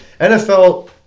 NFL